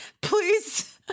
please